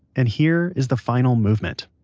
and here is the final movement.